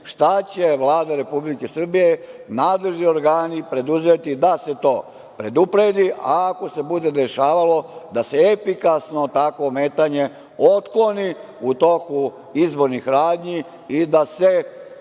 šta će Vlada Republike Srbije, nadležni organi preduzeti da se to predupredi, a ako se bude dešavalo da se efikasno takvo ometanje otkloni u toku izbornih radnji i da se